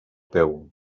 peu